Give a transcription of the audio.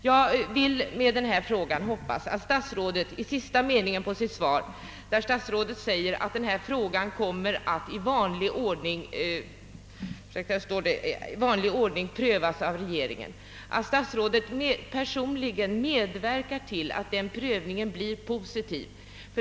Jag hoppas att vad statsrådet säger i sista meningen av sitt svar, att denna fråga kommer att i vanlig ordning prövas av regeringen, innebär att statsrådet personligen medverkar till att den prövningen blir positiv.